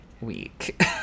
week